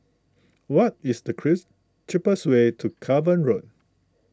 what is the Kris cheapest way to Cavan Road